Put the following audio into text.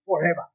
forever